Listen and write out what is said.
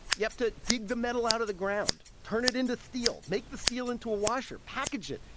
you have to dig the metal out of the ground, turn it into steel, make the steel into a washer, package it,